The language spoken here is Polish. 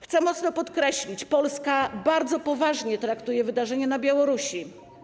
Chcę mocno podkreślić, że Polska bardzo poważnie traktuje wydarzenia na Białorusi.